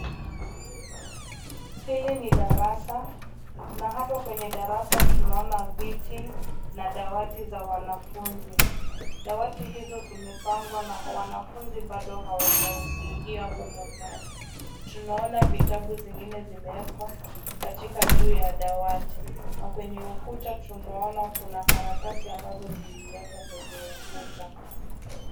Hili ni darasa. Na hapa kwenye darasa tunaona viti na dawati za wanafunzi. Dawati hizo zimepangwa na wanafunzi bado hawajaingia humo ndani. Tunaona vitu zingine zimeekwa katika juu ya dawati. Na kwenye ukuta tunaona kuna kalatasi ambazo ziliekwa kwenye ukuta.